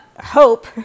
hope